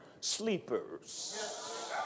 sleepers